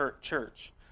church